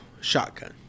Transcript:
shotgun